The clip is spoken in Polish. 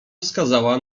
wskazała